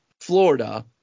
Florida